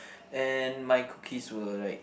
and my cookies were like